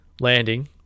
landing